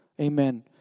Amen